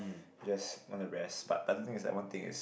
yes want to rest but the other thing is that one thing is